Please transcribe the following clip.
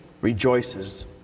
rejoices